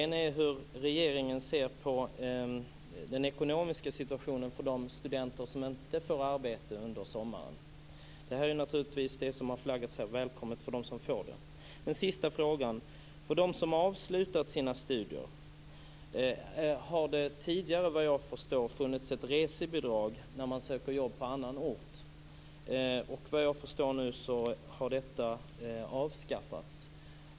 Den ena är hur regeringen ser på den ekonomiska situationen för de studenter som inte får arbete under sommaren. Det är naturligtvis välkommet för dem som får det. Den sista frågan gäller de studenter som har avslutat sina studier. För dem har det såvitt jag förstår funnits ett resebidrag för att de ska kunna söka jobb på annan ort. Men såvitt jag förstår har detta nu avskaffats.